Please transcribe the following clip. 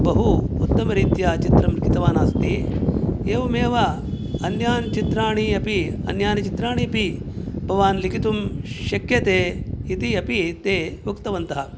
बहु उत्तमरीत्या चित्रं कृतवान् अस्ति एवमेव अन्यान् चित्राणि अपि अन्यानि चित्राण्यपि भवान् लिखितुं शक्यते इति अपि ते उक्तवन्तः